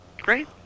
Great